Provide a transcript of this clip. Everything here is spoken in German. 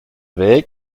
weg